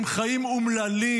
אלה חיים אומללים,